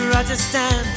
Rajasthan